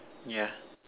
yeah